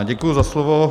Děkuji za slovo.